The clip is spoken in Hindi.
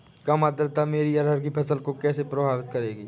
कम आर्द्रता मेरी अरहर की फसल को कैसे प्रभावित करेगी?